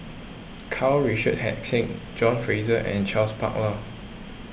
Karl Richard Hanitsch John Fraser and Charles Paglar